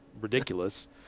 ridiculous